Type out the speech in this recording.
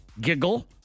giggle